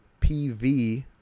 PV